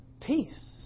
peace